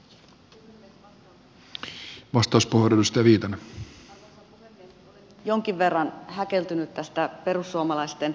olen jonkin verran häkeltynyt tästä perussuomalaisten puheenvuorosta